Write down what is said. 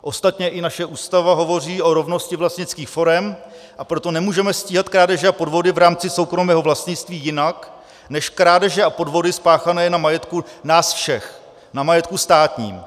Ostatně naše Ústava hovoří o rovnosti vlastnických forem, a proto nemůžeme stíhat krádeže a podvody v rámci soukromého vlastnictví jinak než krádeže a podvody spáchané na majetku nás všech, na majetku státním.